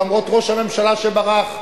למרות ראש הממשלה שברח,